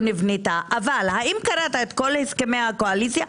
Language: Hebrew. אבל האם קראת את כל הסכמי הקואליציה?